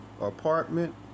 apartment